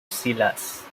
silas